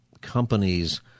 companies